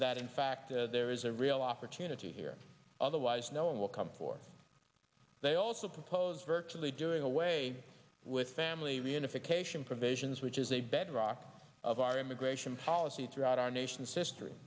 that in fact there is a real opportunity here otherwise no one will come for they also propose virtually doing away with family reunification provisions which is a bedrock of our immigration policy throughout our nation's history